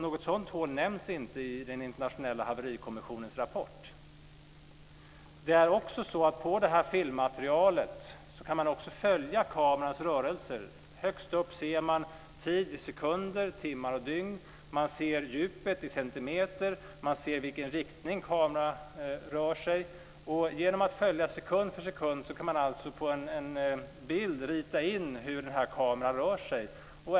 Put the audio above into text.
Något sådant hål nämns inte i den internationella haverikommissionens rapport. På det här filmmaterialet kan man också följa kamerans rörelser. Högst upp ser man tid i sekunder, timmar och dygn, man ser djupet i centimeter, man ser i vilken riktning kameran rör sig. Genom att följa sekund för sekund kan man på en bild rita in hur kameran rör sig.